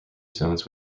zones